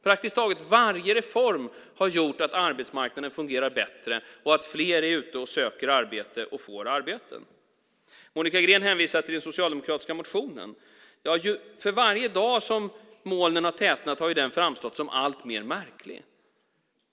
Praktiskt taget varje reform har gjort att arbetsmarknaden fungerar bättre och att fler är ute och söker och får arbete. Monica Green hänvisar till den socialdemokratiska motionen, men för varje dag som molnen har tätnat har den framstått som allt mer märklig.